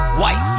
white